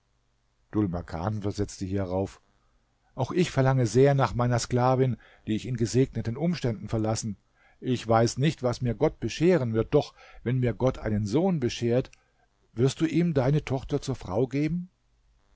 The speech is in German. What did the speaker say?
makan versetzte hierauf auch ich verlange sehr nach meiner sklavin die ich in gesegneten umständen verlassen ich weiß nicht was mir gott bescheren wird doch wenn mir gott einen sohn beschert wirst du ihm deine tochter zur frau geben